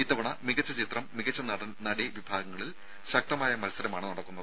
ഇത്തവണ മികച്ച ചിത്രം മികച്ച നടൻ നടി വിഭാഗങ്ങളിൽ ശക്തമായ മത്സരമാണ് നടക്കുന്നത്